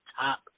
top